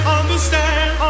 understand